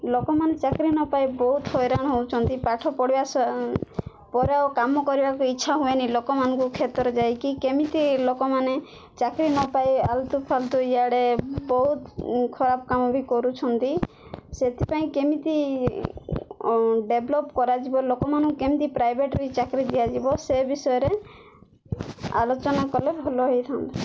ଲୋକମାନେ ଚାକିରି ନ ପାଇ ବହୁତ ହଇରାଣ ହଉଛନ୍ତି ପାଠ ପଢ଼ିବା ପରେ ଆଉ କାମ କରିବାକୁ ଇଚ୍ଛା ହୁଏନି ଲୋକମାନଙ୍କୁ କ୍ଷେତରେ ଯାଇକି କେମିତି ଲୋକମାନେ ଚାକିରି ନ ପାଇ ଆଲୁତୁ ଫାଲୁତୁ ଇଆଡ଼େ ବହୁତ ଖରାପ କାମ ବି କରୁଛନ୍ତି ସେଥିପାଇଁ କେମିତି ଡେଭଲପ କରାଯିବ ଲୋକମାନଙ୍କୁ କେମିତି ପ୍ରାଇଭେଟରେ ଚାକିରି ଦିଆଯିବ ସେ ବିଷୟରେ ଆଲୋଚନା କଲେ ଭଲ ହେଇଥାନ୍ତି